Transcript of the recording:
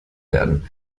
werden